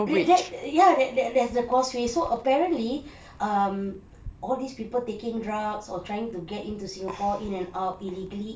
that that ya that that there's a causeway so apparently um all these people taking drugs or trying to get in to singapore in and out illegally